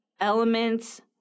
elements